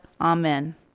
Amen